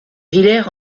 villers